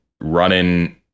running